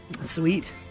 Sweet